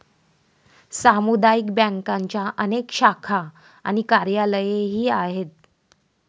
सामुदायिक बँकांच्या अनेक शाखा आणि कार्यालयेही आहेत